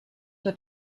wird